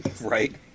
right